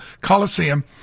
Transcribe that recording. Coliseum